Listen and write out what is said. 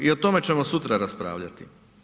I o tome ćemo sutra raspravljati.